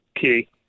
Key